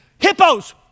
Hippos